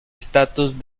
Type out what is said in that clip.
estatus